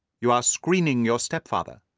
you are screening your stepfather.